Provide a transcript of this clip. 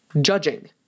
judging